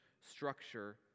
structure